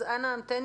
אנא המתן,